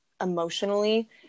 emotionally